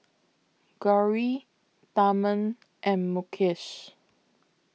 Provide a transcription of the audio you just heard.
Gauri Tharman and Mukesh